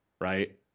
Right